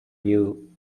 you